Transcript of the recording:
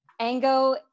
Ango